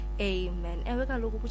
Amen